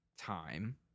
time